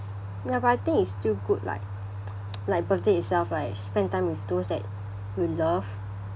ya but I think it's still good like like birthday itself right just spend time with those that you love